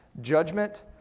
Judgment